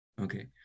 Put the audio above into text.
Okay